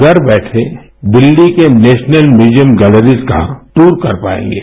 घर बैठे दिल्ली के नेशनल म्यूजियम गैलरीज का दूर कर पाएंगे